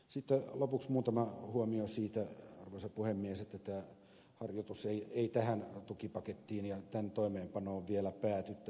sitten lopuksi muutama huomio siitä arvoisa puhemies että tämä harjoitus ei tähän tukipakettiin ja tämän toimeenpanoon vielä pääty